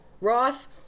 Ross